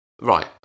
Right